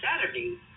Saturday